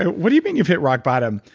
what do you mean you've hit rock bottom?